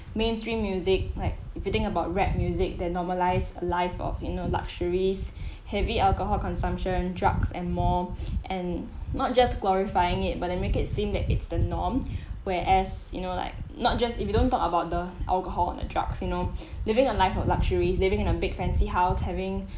mainstream music like if you think about rap music they normalise life of you know luxuries heavy alcohol consumption drugs and more and not just glorifying it but then make it seem that it's the norm where as you know like not just if you don't talk about the alcohol and the drugs you know living a life of luxury living in a big fancy house having